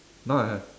now I have